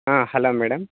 hello madam